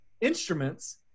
instruments